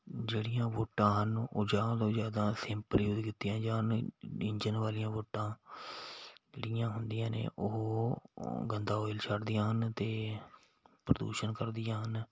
ਜਿਹੜੀਆਂ ਬੋਟਾਂ ਹਨ ਉਹ ਜ਼ਿਆਦਾ ਤੋਂ ਜ਼ਿਆਦਾ ਸਿੰਪਲ ਯੂ਼ਜ ਕੀਤੀਆਂ ਜਾਣ ਨਹੀਂ ਇੰਜਣ ਵਾਲੀਆਂ ਬੋਟਾਂ ਜਿਹੜੀਆਂ ਹੁੰਦੀਆਂ ਨੇ ਉਹ ਗੰਦਾ ਓਇਲ ਛੱਡਦੀਆਂ ਹਨ ਅਤੇ ਪ੍ਰਦੂਸ਼ਣ ਕਰਦੀਆਂ ਹਨ